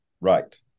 Right